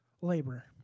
labor